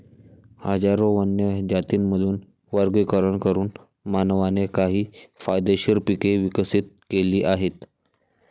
हजारो वन्य जातींमधून वर्गीकरण करून मानवाने काही फायदेशीर पिके विकसित केली आहेत